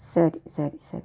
ಸರಿ ಸರಿ ಸರಿ